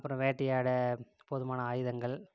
அப்புறம் வேட்டையாட போதுமான ஆயுதங்கள்